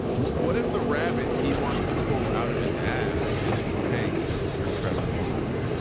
what what if the rabbit he wants to pull out of his ass is the tank for trevor lawrence.